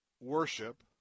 worship